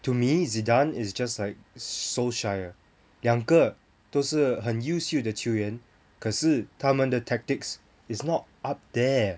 to me zidane is just like solskjær 两个都是很优秀的球员可是他们的 tactics is not up there